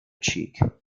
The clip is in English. cheek